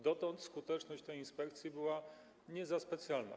Dotąd skuteczność tej inspekcji była nie za specjalna.